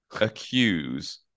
accuse